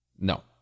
No